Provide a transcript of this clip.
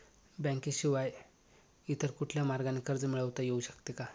बँकेशिवाय इतर कुठल्या मार्गाने कर्ज मिळविता येऊ शकते का?